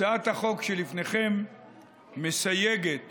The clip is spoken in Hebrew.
הצעת החוק שלפניכם מסייגת